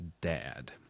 dad